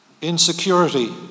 Insecurity